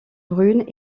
brunes